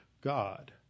God